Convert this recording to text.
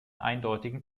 eindeutigen